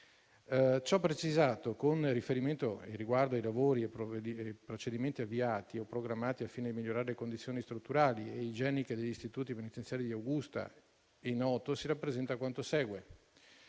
Ciò precisato, con riferimento ai lavori e ai procedimenti avviati o programmati al fine di migliorare le condizioni strutturali e igieniche degli istituti penitenziari di Augusta e Noto, si rappresenta quanto segue.